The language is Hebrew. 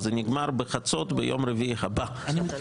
זה נגמר ביום רביעי הבא בחצות.